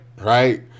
right